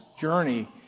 Journey